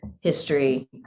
history